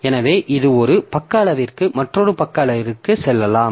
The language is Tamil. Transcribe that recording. எனவே இது ஒரு பக்க அளவிலிருந்து மற்றொரு பக்க அளவிற்கு செல்லலாம்